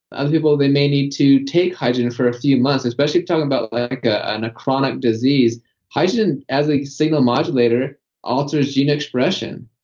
other people they may need to take hydrogen for a few months, especially if talking about like a and a chronic disease hydrogen as a signal modulator alters gene expression,